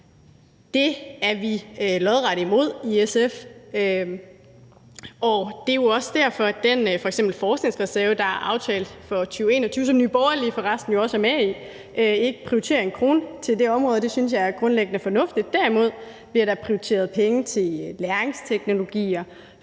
Det er vi lodret imod i SF. Det er jo også derfor, at f.eks. den forskningsreserve, der er aftalt for 2021 – en aftale, som Nye Borgerlige jo for resten også er med i – ikke prioriterer en krone til det område. Det synes jeg grundlæggende er fornuftigt. Derimod bliver der prioriteret penge til lagringsteknologier